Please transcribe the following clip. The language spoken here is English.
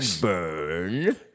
burn